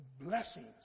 blessings